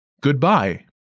Goodbye